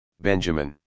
Benjamin